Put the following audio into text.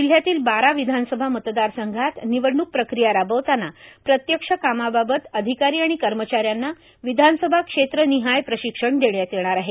जिल्हयातील बारा विधानसभा मतदार संघात निवडणूक प्रकिया राबवितांना प्रत्यक्ष कामाबाबत अधिकारी आणि कर्मचाऱ्यांना विधानसभा क्षेत्रनिहाय प्रशिक्षण देण्यात येणार आहे